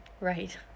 right